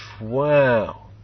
wow